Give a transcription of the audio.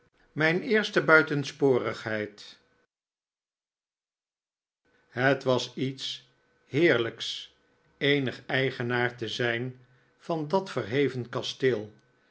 mijn eerste buitensporigheid het was lets heerlijks eenig eigenaar te zijn van dat verheven kasteel